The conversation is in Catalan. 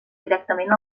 directament